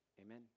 Amen